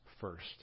first